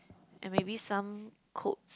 and maybe some quotes